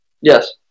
Yes